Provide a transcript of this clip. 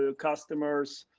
ah customers,